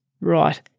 Right